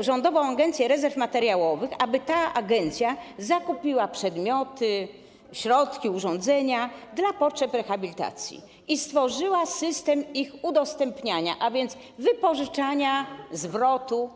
rządową Agencję Rezerw Materiałowych, aby ta agencja zakupiła przedmioty, środki i urządzenia na potrzeby rehabilitacji i stworzyła system ich udostępniania, a więc wypożyczania czy zwrotu.